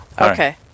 Okay